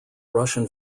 russian